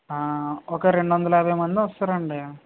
ఒక రెండొందల యాభైమందొస్తారండి